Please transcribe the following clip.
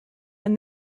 and